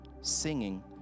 singing